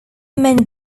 men